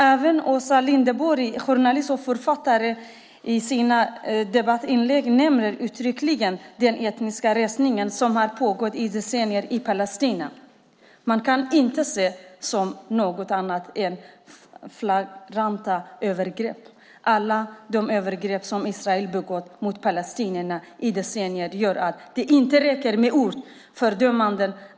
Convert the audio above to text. Även Åsa Linderborg, journalist och författare, nämner i sina debattinlägg uttryckligen den etniska rensning som i decennier har pågått i Palestina. Man kan inte se det som något annat än flagranta övergrepp, alla de övergrepp som Israel begått mot palestinierna i decennier gör att det inte räcker med ord av fördömande.